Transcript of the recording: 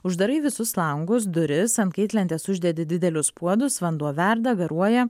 uždarai visus langus duris ant kaitlentės uždedi didelius puodus vanduo verda garuoja